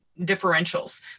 differentials